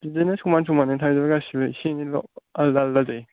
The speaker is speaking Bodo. बिदिनो समान समानैनो थांजोबो गासैबो एसे एनैल' आलदा आलदा जायो